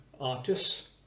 artists